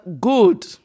good